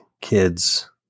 kids